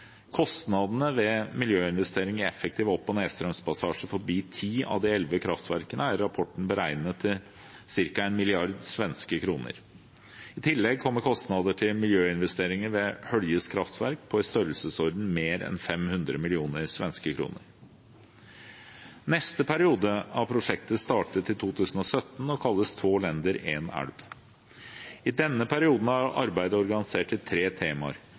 Kostnadene ved miljøinvestering i effektiv opp- og nedstrømspassasje forbi ti av de elleve kraftverkene er i rapporten beregnet til ca. 1 mrd. svenske kroner. I tillegg kommer kostnader til miljøinvesteringer ved Höljes kraftverk på i størrelsesorden mer enn 500 mill. svenske kroner. Neste periode av prosjektet startet i 2017 og kalles «Två länder – en älv». I denne perioden er arbeidet organisert i tre temaer.